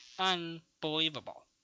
Unbelievable